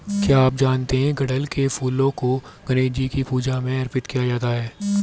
क्या आप जानते है गुड़हल के फूलों को गणेशजी की पूजा में अर्पित किया जाता है?